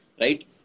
right